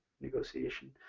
negotiation